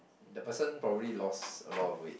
the person probably lost a lot of weight